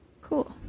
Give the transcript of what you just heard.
cool